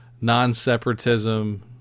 non-separatism